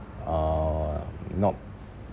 uh not